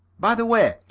by the way,